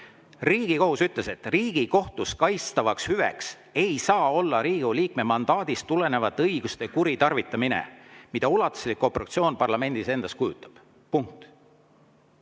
Riigikohus ütles, et Riigikohtus kaitstavaks hüveks ei saa olla Riigikogu liikme mandaadist tulenevate õiguste kuritarvitamine, mida ulatuslik obstruktsioon parlamendis endast kujutab. Punkt.